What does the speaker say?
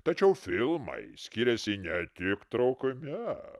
tačiau filmai skiriasi ne tik trukme